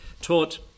taught